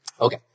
Okay